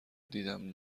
دیدم